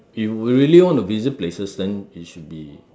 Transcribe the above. if you really want to visit places then it should be